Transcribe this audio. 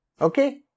Okay